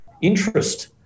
interest